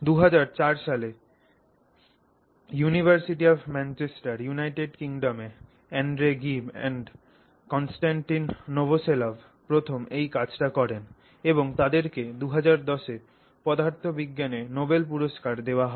2004 সালে University of Manchester United Kingdom এ Andre Geim এবং Konstantin Novoselov প্রথম এই কাজটা করেন এবং তাদের কে 2010 এ পদার্থবিজ্ঞান এ নোবেল পুরস্কার দেওয়া হয়